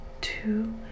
two